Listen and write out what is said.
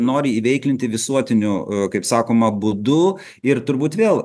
nori įveiklinti visuotiniu a kaip sakoma būdu ir turbūt vėl